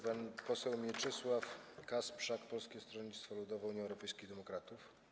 Pan poseł Mieczysław Kasprzak, Polskie Stronnictwo Ludowe - Unia Europejskich Demokratów.